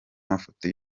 mafoto